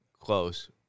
Close